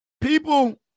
people